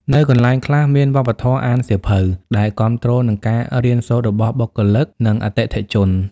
នៅកន្លែងខ្លះមានវប្បធម៌អានសៀវភៅដែលគាំទ្រនឹងការរៀនសូត្ររបស់បុគ្គលិក និងអតិថិជន។